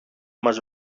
μας